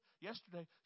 Yesterday